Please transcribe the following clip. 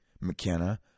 McKenna